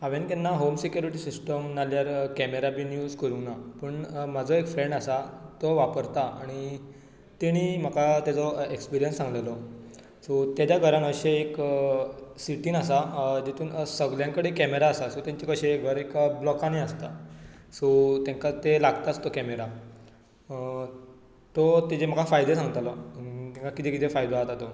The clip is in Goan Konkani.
हांवें केन्ना होम सेक्युरीटी सिस्टम ना जाल्यार केमेरा बी यूज करूंक ना पूण म्हजो एक फ्रेंड आसा तो वापरता आनी ताणें म्हाका ताजो एक्सपीर्यन्स सांगिल्लो सो ताज्या घरान ते अशें एक सिटीन आसा सो जातून सगळ्यां कडेन केमेरा आसा सो तांचें कशें घर एका बॉल्कानी आसता सो ताका ते लागताच तो कॅमेरा सो तो ताजे म्हाका फायदे सांगतालो तांकां कितें कितें फायदो जाता तो